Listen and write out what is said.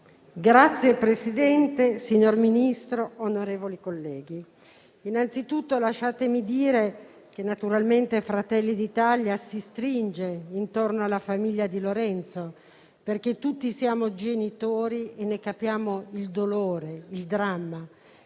Signor Presidente, signor Ministro, onorevoli colleghi, innanzitutto lasciatemi dire che naturalmente Fratelli d'Italia si stringe intorno alla famiglia di Lorenzo, perché tutti siamo genitori e ne capiamo il dolore, il dramma.